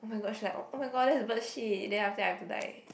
oh-my-god she like oh-my-god that is bird shit then after that I be like